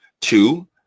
Two